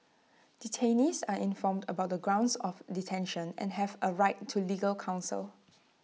detainees are informed about the grounds of detention and have A right to legal counsel